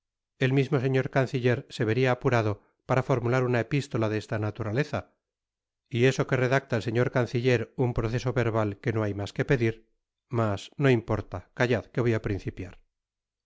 el mismo señor canciller se veria apurado para formular una epistola de esta naturaleza y eso que redacta el señor canciller un proceso verbal que no hay mas que pedir mas no importa callad que voy á principiar